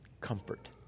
comfort